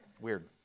Weird